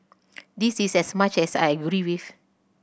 this is as much as I agree with